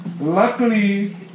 luckily